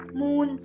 moon